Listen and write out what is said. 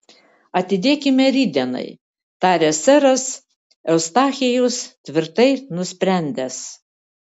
atidėkime rytdienai tarė seras eustachijus tvirtai nusprendęs